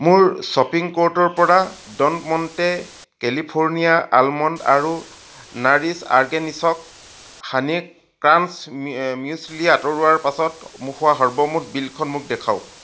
মোৰ শ্বপিং কাৰ্টৰপৰা Don Monte California almond আৰু Nourish organic honey crunch muesli আঁতৰোৱাৰ পাছত মোক হোৱা সৰ্বমুঠ বিলখন মোক দেখুওৱা